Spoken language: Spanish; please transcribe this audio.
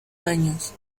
años